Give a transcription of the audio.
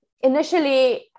initially